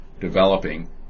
developing